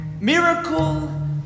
Miracle